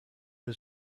was